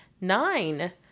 Nine